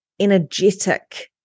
energetic